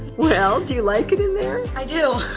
well, do you like it in there? i do.